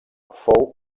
fou